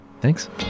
Thanks